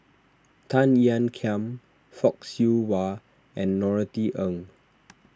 Tan Ean Kiam Fock Siew Wah and Norothy Ng